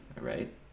right